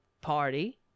party